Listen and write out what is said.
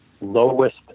lowest